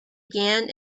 began